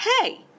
Hey